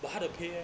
but 它的 pay eh